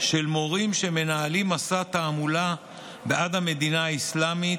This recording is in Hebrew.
של מורים שמנהלים מסע תעמולה בעד המדינה האסלאמית,